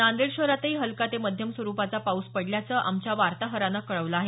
नांदेड शहरातही हलका ते मध्यम स्वरूपाचा पाऊस पडल्याचं आमच्या वार्ताहरानं कळवलं आहे